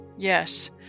Yes